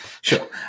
Sure